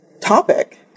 topic